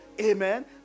Amen